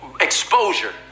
exposure